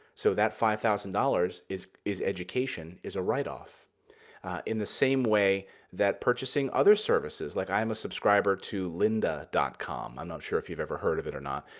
so that five thousand dollars is is education, is a write-off in the same way that purchasing other services. like i am a subscriber to lynda com. i'm not sure if you've ever heard of it or not.